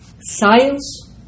Science